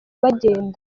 bagenda